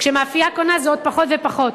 כשמאפייה קונה זה עוד פחות ופחות.